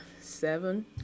seven